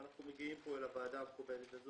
אנחנו מגיעים לוועדה המכובדת הזאת